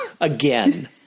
again